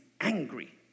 angry